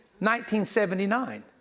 1979